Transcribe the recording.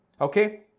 Okay